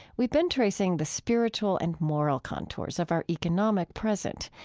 we've been tracing the spiritual and moral contours of our economic present,